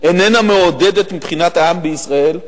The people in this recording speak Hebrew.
אינה מעודדת מבחינת העם בישראל,